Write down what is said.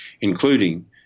including